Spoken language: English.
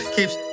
Keeps